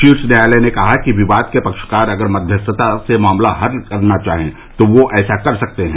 शीर्ष न्यायालय ने कहा कि विवाद के पक्षकार अगर मध्यस्थता से मामला हल करना चाहते हैं तो वे ऐसा कर सकते हैं